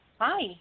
Hi